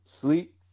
sleep